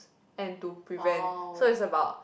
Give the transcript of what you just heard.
and to prevent so it's about